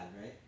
right